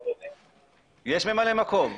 יש ממלא מקום.